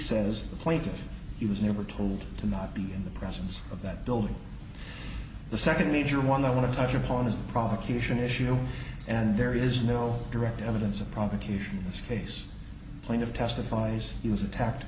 says the plaintiff he was never told to not be in the presence of that building the second major one i want to touch upon is the provocation issue and there is no direct evidence of provocation in this case plaintiff testifies he was attacked